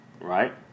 right